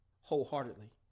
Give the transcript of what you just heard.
wholeheartedly